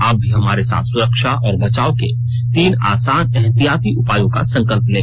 आप भी हमारे साथ सुरक्षा और बचाव के तीन आसान एहतियाती उपायों का संकल्प लें